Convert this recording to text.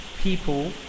people